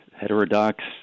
heterodox